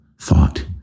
thought